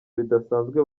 bidasanzwe